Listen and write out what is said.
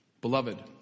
Beloved